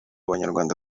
banyarwanda